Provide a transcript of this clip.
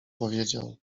powiedział